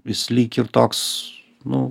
jis lyg ir toks nu